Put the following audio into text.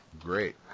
Great